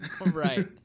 Right